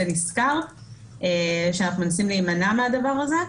נשכר שאנחנו מנסים להימנע מהדבר הזה.